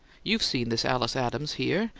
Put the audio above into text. you've seen this alice adams here.